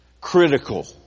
critical